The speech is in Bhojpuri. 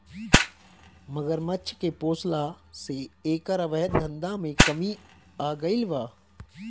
मगरमच्छ के पोसला से एकर अवैध धंधा में कमी आगईल बा